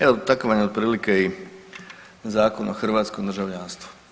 Evo takav vam je otprilike i Zakon o hrvatskom državljanstvu.